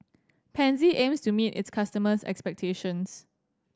pansy aims to meet its customers' expectations